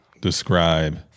describe